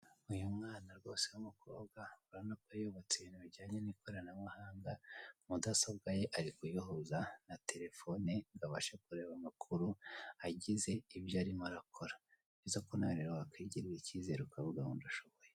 Uyu mwana rwose w'umukobwa urabona ko yubatse ibintu bijyanye n'ikoranabuhanga, mudasobwa ye ari kuyihuza na terefone ngo abashe kureba amakuru agize ibyo arimo arakora. Ni byiza ko nawe rero wakigirira ikizera ukavuga ngo ndashoboye.